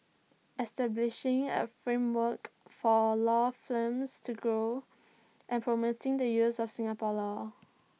establishing A framework for law firms to grow and promoting the use of Singapore law